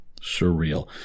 Surreal